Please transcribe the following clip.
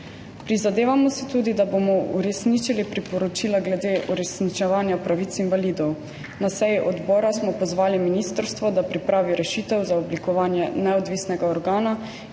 Prizadevamo si tudi, da bomo uresničili priporočila glede uresničevanja pravic invalidov. Na seji odbora smo pozvali ministrstvo, da pripravi rešitev za oblikovanje neodvisnega organa,